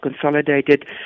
consolidated